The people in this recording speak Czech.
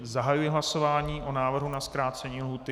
Zahajuji hlasování o návrhu na zkrácení lhůty.